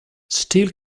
steel